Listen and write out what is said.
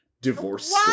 Divorce